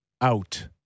out